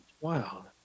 wow